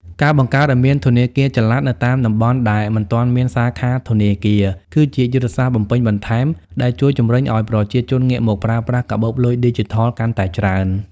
ការបង្កើតឱ្យមាន ធនាគារចល័ត នៅតាមតំបន់ដែលមិនទាន់មានសាខាធនាគារ គឺជាយុទ្ធសាស្ត្របំពេញបន្ថែមដែលជួយជម្រុញឱ្យប្រជាជនងាកមកប្រើប្រាស់កាបូបលុយឌីជីថលកាន់តែច្រើន។